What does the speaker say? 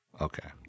Okay